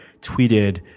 tweeted –